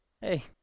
Hey